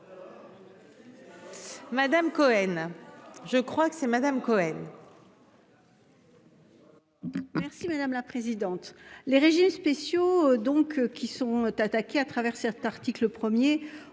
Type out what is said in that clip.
Madame Cohen. Je crois que c'est Madame Cohen. Merci madame la présidente, les régimes spéciaux, donc qui sont t'attaquer à travers cet article 1er ont